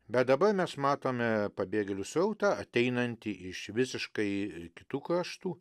bet dabar mes matome pabėgėlių srautą ateinantį iš visiškai kitų kraštų